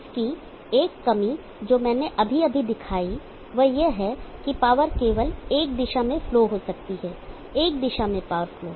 इसकी एक कमी जो मैंने अभी अभी दिखाई है वह यह है कि पावर केवल एक दिशा में फ्लो हो सकती है एक दिशा में पावर फ्लो